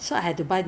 那种轮子